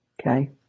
Okay